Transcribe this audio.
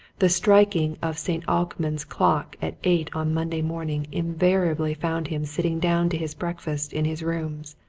the striking of st. alkmund's clock at eight on monday morning invariably found him sitting down to his breakfast in his rooms,